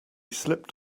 slipped